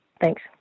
Thanks